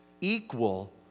equal